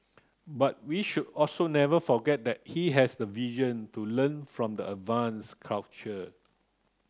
but we should also never forget that he has the vision to learn from the advanced culture